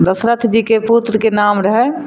दशरथजीके पुत्रके नाम रहै